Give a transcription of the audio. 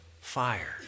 fire